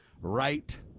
right